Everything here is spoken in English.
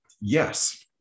yes